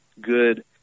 good